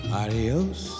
adios